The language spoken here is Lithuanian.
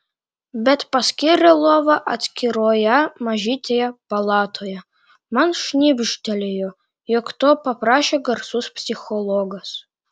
bet paskyrė lovą atskiroje mažytėje palatoje man šnibžtelėjo jog to paprašė garsus psichologas